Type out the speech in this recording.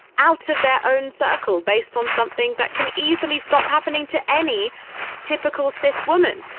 out of their own circle based on something that can easily stop happening to any typical cis woman.